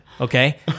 okay